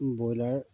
broiler